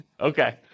Okay